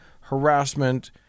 harassment